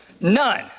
None